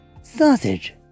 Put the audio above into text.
Sausage